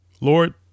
Lord